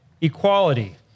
equality